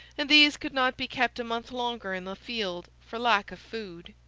and these could not be kept a month longer in the field for lack of food.